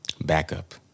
Backup